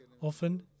Often